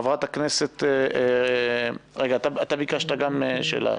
חבר הכנסת מנסור עבאס, בבקשה, ביקשת גם שאלה.